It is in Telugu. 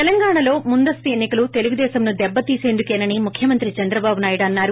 తెలంగాణలో ముందస్తు ఎన్ని కలు తెలుగుదేశం ను దెబ్బతీసేందుకేనని ముఖ్యమంత్రి చంద్రబాబు నాయుడు అన్నారు